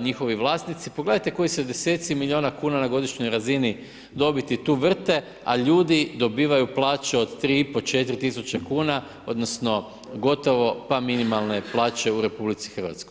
njihovi vlasnici, pogledajte koji se 10 milijuna kn na godišnjoj razini dobiti tu vrte, a ljudi dobivaju plaće od 3,5 4 tisuće kn, odnosno gotovo pa minimalne plaće u RH.